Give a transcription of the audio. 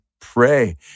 pray